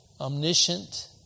omniscient